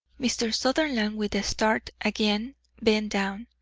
mr. sutherland, with a start, again bent down.